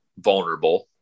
vulnerable